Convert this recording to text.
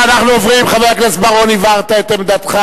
חבר הכנסת בר-און, הבהרת את עמדתך.